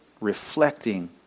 reflecting